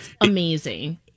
amazing